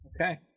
Okay